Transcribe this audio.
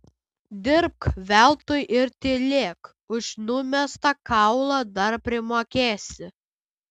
dirbk veltui ir tylėk už numestą kaulą dar primokėsi